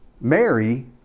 Mary